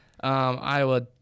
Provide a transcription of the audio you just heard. Iowa